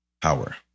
power